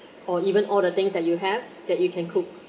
or even all the things that you have that you can cook